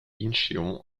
incheon